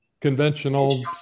Conventional